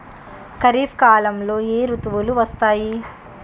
ఖరిఫ్ కాలంలో ఏ ఋతువులు వస్తాయి?